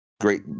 great